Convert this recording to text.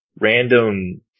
random